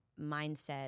mindset